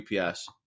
UPS